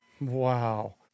Wow